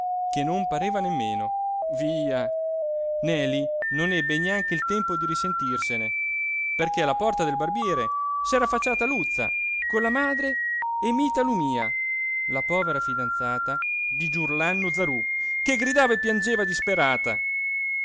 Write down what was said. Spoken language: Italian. che non pareva nemmeno via neli non ebbe neanche il tempo di risentirsene perché alla porta del barbiere s'era affacciata luzza con la madre e mita lumía la povera fidanzata di giurlannu zarú che gridava e piangeva disperata